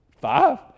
five